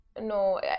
No